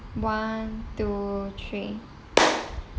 one two three